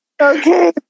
Okay